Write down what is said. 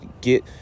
get